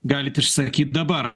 galite išsakyt dabar